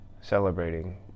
celebrating